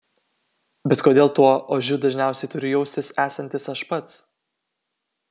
bet kodėl tuo ožiu dažniausiai turiu jaustis esantis aš pats